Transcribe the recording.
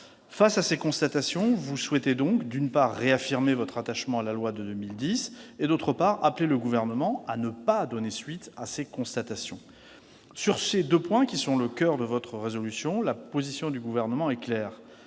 Face à ces constatations, vous souhaitez donc, d'une part, réaffirmer votre attachement à la loi de 2010, d'autre part, appeler le Gouvernement à ne pas donner suite à ces constatations. Sur ces deux points, qui forment le coeur de votre proposition de résolution, la position du Gouvernement est claire.